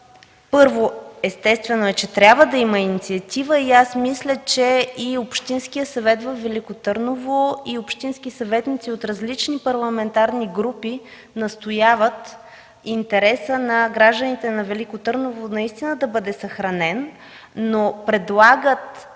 Първо, естествено е, че трябва да има инициатива. Мисля, че и Общинският съвет във Велико Търново, и общински съветници от различни парламентарни групи настояват интересът на гражданите на Велико Търново да бъде съхранен. Предлагат